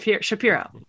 Shapiro